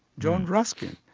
john ruskin,